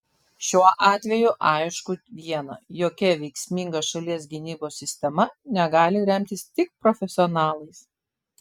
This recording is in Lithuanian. šiuo atveju aišku viena jokia veiksminga šalies gynybos sistema negali remtis tik profesionalais